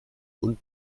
und